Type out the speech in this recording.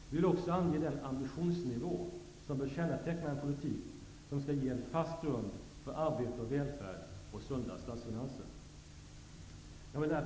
Vi vill också ange den ambitionsnivå som bör känneteckna en politik som skall ge en fast grund för arbete och välfärd och sunda statsfinanser. Herr talman!